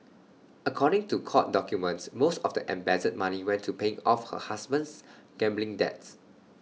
according to court documents most of the embezzled money went to paying off her husband's gambling debts